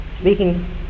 speaking